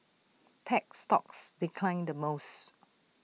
tech stocks declined the most